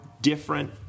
different